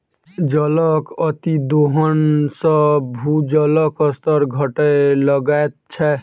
जलक अतिदोहन सॅ भूजलक स्तर घटय लगैत छै